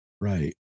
right